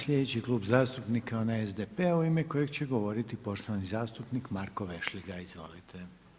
Slijedeći Klub zastupnika je onaj SDP-a u ime kojeg će govoriti poštovani zastupnik Marko Vešligaj, izvolite.